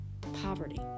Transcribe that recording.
poverty